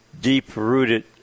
deep-rooted